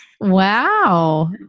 Wow